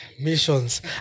Missions